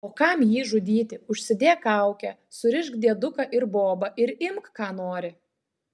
o kam jį žudyti užsidėk kaukę surišk dieduką ir bobą ir imk ką nori